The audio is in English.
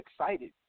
excited